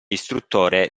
istruttore